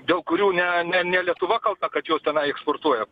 dėl kurių ne ne ne lietuva kalta kad juos tenai eksportuoja